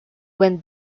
when